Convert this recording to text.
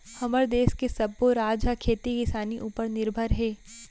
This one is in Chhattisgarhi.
हमर देस के सब्बो राज ह खेती किसानी उपर निरभर हे